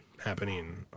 happening